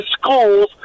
schools